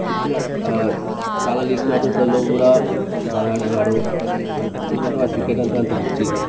సుశీల్ చాలా లీగ్ మ్యాచెస్లో కూడా చాలా ఆడేవాడు ఎందుకంటే వాడికి క్రికెట్ అంటే అంత పిచ్చి